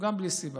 גם בלי סיבה.